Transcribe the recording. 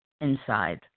inside